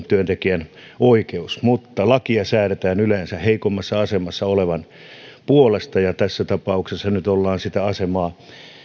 työntekijän oikeus mutta lakia säädetään yleensä heikommassa asemassa olevan puolesta ja tässä tapauksessa nyt ollaan sitä asemaa